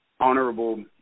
honorable